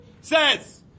says